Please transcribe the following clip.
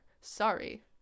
sorry